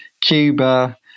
Cuba